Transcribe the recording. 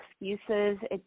excuses